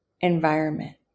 environment